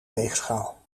weegschaal